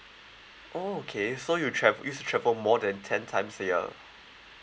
oh okay so you trav~ you travel more than ten times a year